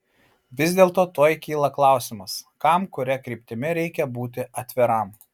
vis dėlto tuoj kyla klausimas kam kuria kryptimi reikia būti atviram